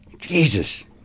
Jesus